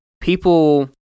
people